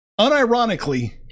Unironically